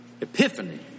Epiphany